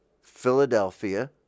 Philadelphia